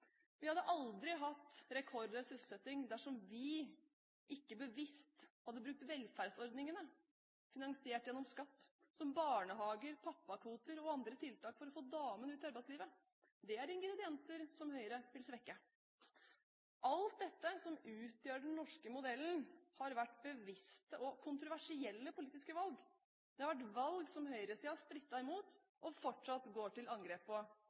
Vi hadde aldri hatt rekordhøy sysselsetting dersom vi ikke bevisst hadde brukt velferdsordningene finansiert gjennom skatt, som barnehager, pappakvoter og andre tiltak for å få damene ut i arbeidslivet. Det er ingredienser som Høyre vil svekke. Alt dette som utgjør den norske modellen, har vært bevisste og kontroversielle politiske valg. Det har vært valg som høyresiden har strittet imot og fortsatt går til angrep på,